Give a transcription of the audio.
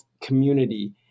community